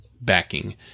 backing